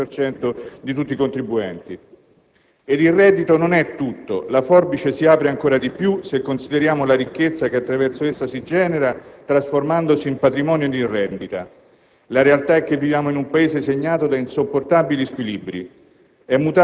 con redditi intorno ai 70.000 euro, ma sono poco più dello 0,7 per cento di tutti i contribuenti. Ed il reddito non è tutto. La forbice si apre ancora di più se consideriamo la ricchezza che attraverso esso si genera trasformandosi in patrimonio e in rendita.